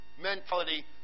mentality